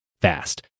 fast